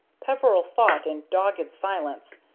peveril fought in dogged silence,